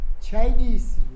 Chinese